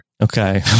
Okay